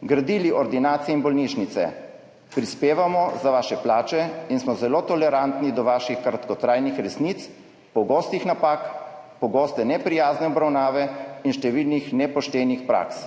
gradili ordinacije in bolnišnice, prispevamo za vaše plače in smo zelo tolerantni do vaših kratkotrajnih resnic, pogostih napak, pogoste neprijazne obravnave in številnih nepoštenih praks,